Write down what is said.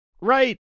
Right